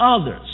others